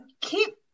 keep